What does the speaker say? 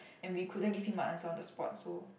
and we couldn't give him a answer on the spot so